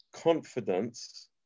confidence